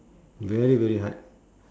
very very hard